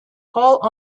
paul